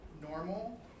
normal